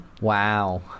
Wow